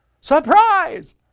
Surprise